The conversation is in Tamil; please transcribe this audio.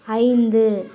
ஐந்து